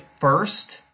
first